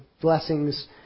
blessings